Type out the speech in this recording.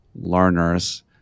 learners